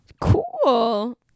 Cool